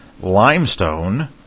limestone